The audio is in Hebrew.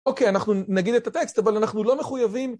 אוקיי, אנחנו נגיד את הטקסט, אבל אנחנו לא מחויבים...